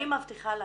אני מבטיחה לכם,